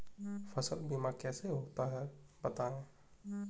फसल बीमा कैसे होता है बताएँ?